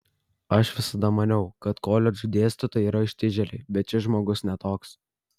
aš visada maniau kad koledžų dėstytojai yra ištižėliai bet šis žmogus ne toks